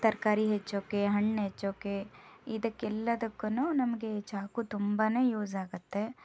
ತರಕಾರಿ ಹೆಚ್ಚೋಕ್ಕೆ ಹಣ್ಣು ಹೆಚ್ಚೋಕ್ಕೆ ಇದಕ್ಕೆಲ್ಲದಕ್ಕೂ ನಮಗೆ ಚಾಕು ತುಂಬಾನೆ ಯೂಸ್ ಆಗುತ್ತೆ